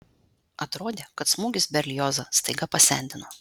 atrodė kad smūgis berliozą staiga pasendino